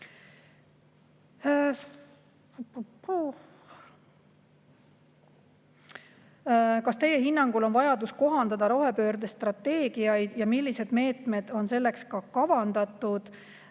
"Kas teie hinnangul on vajadus kohandada rohepöördestrateegiaid ja millised meetmed on selleks kavandatud?"